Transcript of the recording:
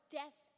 death